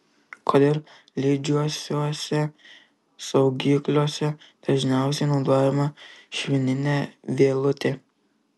kodėl lydžiuosiuose saugikliuose dažniausiai naudojama švininė vielutė